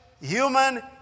human